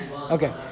Okay